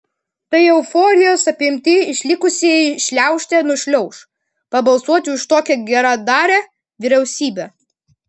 tai euforijos apimti išlikusieji šliaužte nušliauš pabalsuoti už tokią geradarę vyriausybę